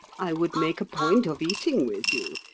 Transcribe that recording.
i would make a point of eating with you.